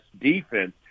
defense